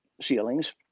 ceilings